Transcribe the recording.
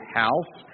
house